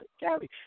Gary